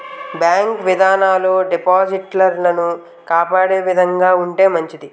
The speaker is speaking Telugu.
బ్యాంకు విధానాలు డిపాజిటర్లను కాపాడే విధంగా ఉంటే మంచిది